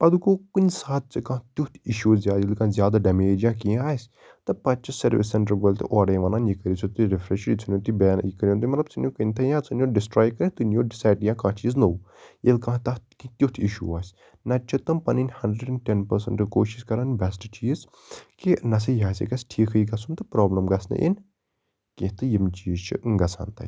پَتہٕ گوٚو کُنہِ ساتہٕ چھِ کانٛہہ تیُتھ اِشوٗوٕز یا زیادٕ ڈَمیج یا کیٚنہہ آسہِ تہٕ پَتہٕ چھِ سٕروِس سیٚنٹَر وٲلۍ تہِ اوڈٕے وَنان یہِ کٔرِو سا تُہۍ رِفریٚش یہِ ژھنوُن تُہۍ بیل یہِ کٔرِوُن تُہۍ مطلب ژٕنیو کٕنتھے یا ژٕھنوُن ڈِسٹراے کٔرِتھ تُہۍ نِیِو ڈِساے یا کانٛہہ چیٖز نٕو ییٚلہِ کانٛہہ تَتھ تیُتھ اِشوٗ آسہِ نَتہٕ چھِ تم پَنٕنۍ ہینڈرڈ ٹٮ۪ن پٕرسَنٛٹہٕ کوٗشِش کران بٮ۪سٹہٕ چیٖز کہِ نہٕ سا یہِ ہسا گَژِ ٹھیٖکھٕے گژھُن تہِ پرابلٕم گَژھِ نہٕ یِنۍ کیٚنہہ تہٕ یِم چیٖز چھِ گژھان تَتہِ